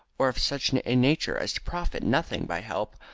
or of such a nature as to profit nothing by help,